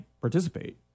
participate